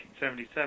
1977